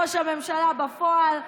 ראש הממשלה בפועל,